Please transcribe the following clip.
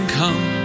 come